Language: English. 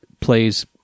plays